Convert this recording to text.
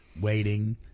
waiting